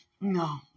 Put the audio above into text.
No